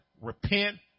repent